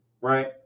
Right